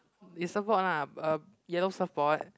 is surfboard lah a yellow surfboard